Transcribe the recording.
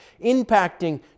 impacting